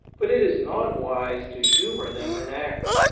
but it is not wise to humour them in act.